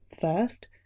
First